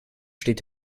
steht